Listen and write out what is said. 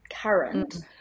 current